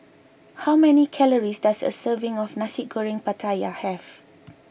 how many calories does a serving of Nasi Goreng Pattaya have